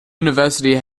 university